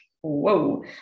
whoa